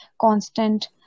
constant